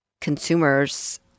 consumers